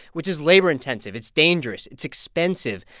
which is labor intensive. it's dangerous. it's expensive.